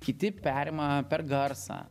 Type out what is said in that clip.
kiti perima per garsą